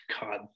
god